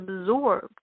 absorbed